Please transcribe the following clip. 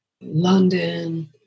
London